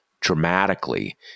dramatically